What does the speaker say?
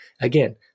Again